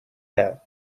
that